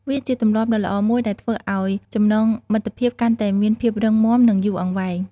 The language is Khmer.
វាជាទម្លាប់ដ៏ល្អមួយដែលធ្វើឲ្យចំណងមិត្តភាពកាន់តែមានភាពរឹងមាំនិងយូរអង្វែង។